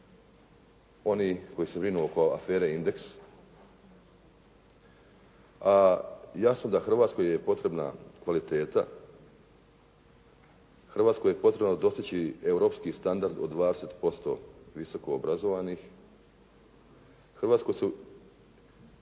oni koji se brinu oko afere "Indeks", a jasno da Hrvatskoj je potrebna kvaliteta, Hrvatskoj je potrebno dostići europski standard od 20% visoko obrazovanih, Hrvatskoj su